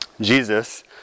Jesus